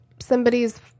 somebody's